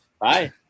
Bye